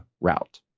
route